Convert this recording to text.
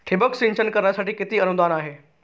ठिबक सिंचन करण्यासाठी किती अनुदान आहे?